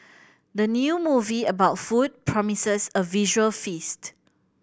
the new movie about food promises a visual feast